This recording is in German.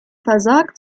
versagt